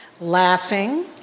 Laughing